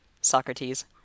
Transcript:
Socrates